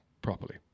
properly